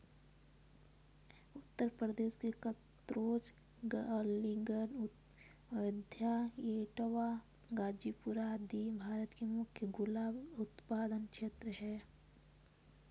उत्तर प्रदेश के कन्नोज, अलीगढ़, अयोध्या, इटावा, गाजीपुर आदि भारत के मुख्य गुलाब उत्पादक क्षेत्र हैं